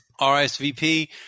RSVP